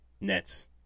Nets